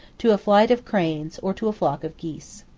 to a flight of cranes, or to a flock of geese.